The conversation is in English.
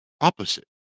opposite